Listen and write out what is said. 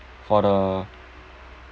for the